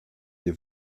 des